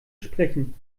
sprechen